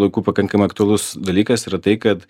laiku pakankamai aktualus dalykas yra tai kad